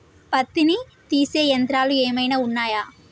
పత్తిని తీసే యంత్రాలు ఏమైనా ఉన్నయా?